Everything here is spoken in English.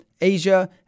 Asia